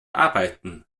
arbeiten